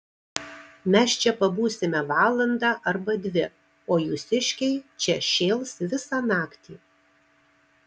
mes čia pabūsime valandą arba dvi o jūsiškiai čia šėls visą naktį